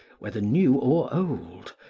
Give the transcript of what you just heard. whether new or old,